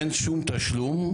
אין שום תשלום.